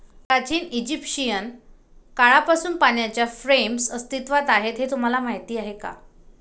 प्राचीन इजिप्शियन काळापासून पाण्याच्या फ्रेम्स अस्तित्वात आहेत हे तुम्हाला माहीत आहे का?